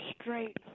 straight